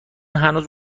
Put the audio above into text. هنوز